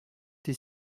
thé